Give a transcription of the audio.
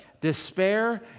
despair